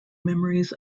memories